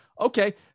okay